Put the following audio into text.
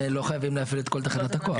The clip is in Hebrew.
שלא חייבים להפעיל את כל תחנות הכוח.